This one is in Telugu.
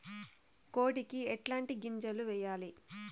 కోడికి ఎట్లాంటి గింజలు వేయాలి?